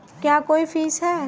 क्या कोई फीस है?